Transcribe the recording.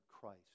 Christ